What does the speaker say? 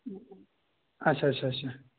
اچھا اچھا اچھا اچھا